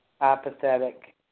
apathetic